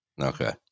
Okay